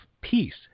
peace